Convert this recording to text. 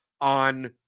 on